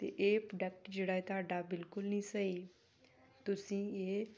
ਅਤੇ ਇਹ ਪ੍ਰੋਡਕਟ ਜਿਹੜਾ ਹੈ ਤੁਹਾਡਾ ਬਿਲਕੁਲ ਨਹੀਂ ਸਹੀ ਤੁਸੀਂ ਇਹ